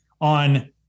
on